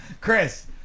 chris